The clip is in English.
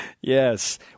Yes